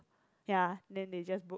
ya then they just broke